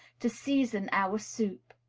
to season our soup.